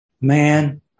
man